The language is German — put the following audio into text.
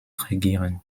regieren